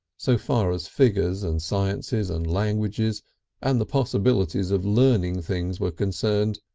so far as figures and sciences and languages and the possibilities of learning things were concerned.